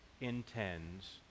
intends